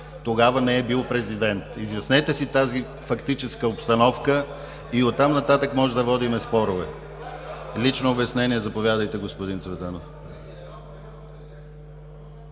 тогава не е бил президент. Изяснете си тази фактическа обстановка и от там нататък може да водим спорове. Лично обяснение – заповядайте, господин Цветанов.